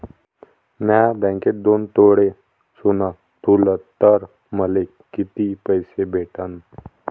म्या बँकेत दोन तोळे सोनं ठुलं तर मले किती पैसे भेटन